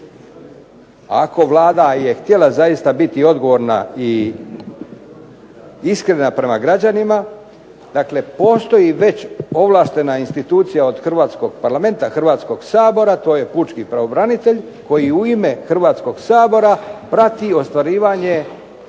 Ako je Vlada htjela zaista biti odgovorna i iskrena prema građanima, dakle postoji već ovlaštena institucija od HRvatskog sabora to je PUčki pravobranitelj koji u ime Hrvatskog sabora prati ostvarivanje